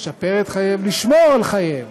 לשפר את חייהם, לשמור על חייהם.